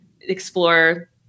explore